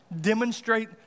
demonstrate